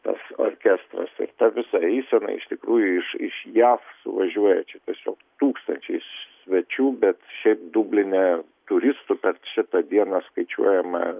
tas orkestras ir ta visa eisena iš tikrųjų iš iš jav suvažiuoja čia tiesiog tūkstančiais svečių bet šiaip dubline turistų per šitą dieną skaičiuojama